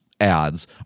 Ads